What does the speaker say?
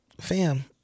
Fam